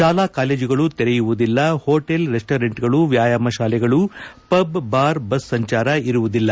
ಶಾಲಾ ಕಾಲೇಜುಗಳು ತೆರೆಯುವುದಿಲ್ಲ ಹೊಟೇಲ್ ರೆಸ್ಟೋರೆಂಟ್ಗಳು ವ್ಯಾಯಾಮ ಶಾಲೆಗಳು ಪಬ್ ಬಾರ್ ಬಸ್ ಸಂಚಾರ ಇರುವುದಿಲ್ಲ